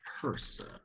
person